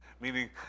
Meaning